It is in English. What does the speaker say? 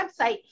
website